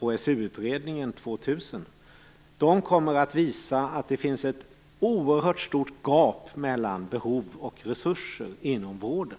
HSU 2000 kommer att visa att det finns ett oerhört stort gap mellan behov och resurser inom vården.